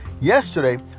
Yesterday